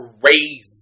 crazy